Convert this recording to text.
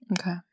Okay